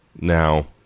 Now